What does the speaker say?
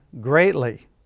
greatly